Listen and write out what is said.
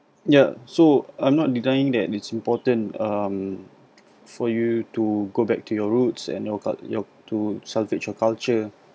ya so I'm not denying that it's important um for you to go back to your roots and to salvage your culture